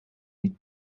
niet